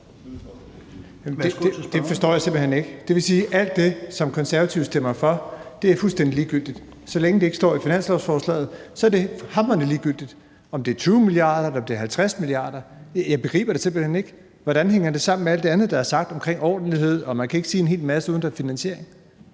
simpelt hen ikke. Vil det sige, at alt det, som De Konservative stemmer for, er fuldstændig ligegyldigt, altså at så længe det ikke står i finanslovsforslaget, er det hamrende ligegyldigt, om det er 20 mia. kr., eller om det er 50 mia. kr.? Jeg begriber det simpelt hen ikke. Hvordan hænger det sammen med alt det andet, der er sagt, om ordentlighed, og at man ikke kan sige en hel masse, uden at der er finansiering?